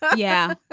yeah.